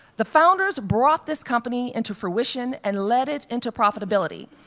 the founders brought this company into fruition and led it into profitability.